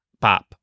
pop